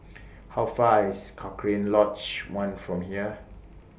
How Far IS Cochrane Lodge one from here